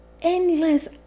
Endless